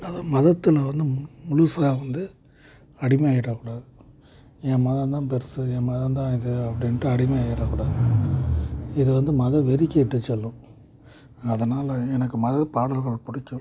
அந்த மதத்தில் வந்து மு முழுசா வந்து அடிமை ஆகிடக்கூடாது என் மதம் தான் பெரிசு என் மதம் தான் இது அப்படின்ட்டு அடிமையாயிட கூடாது இது வந்து மத வெறிக்கு இட்டு செல்லும் அதனாலே எனக்கு மத பாடல்கள் பிடிக்கும்